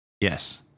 Yes